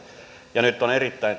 ja nyt on erittäin